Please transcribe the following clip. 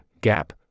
gap